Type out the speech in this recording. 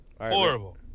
Horrible